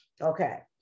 Okay